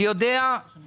אני יודע ומכיר,